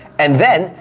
and then,